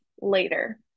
later